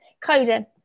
coding